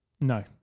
no